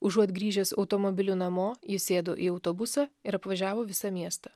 užuot grįžęs automobiliu namo jis sėdo į autobusą ir apvažiavo visą miestą